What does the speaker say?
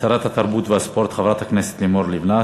שרת התרבות והספורט, חברת הכנסת לימור לבנת.